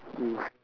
mm